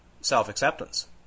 self-acceptance